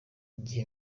igihe